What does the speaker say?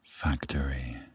factory